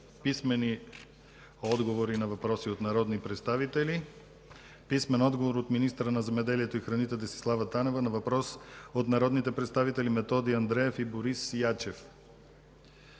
от: - министъра на земеделието и храните Десислава Танева на въпрос от народните представители Методи Андреев и Борис Ячев;